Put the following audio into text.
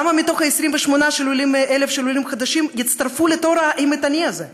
כמה מתוך ה-28,000 העולים החדשים יצטרפו לתור האימתני הזה,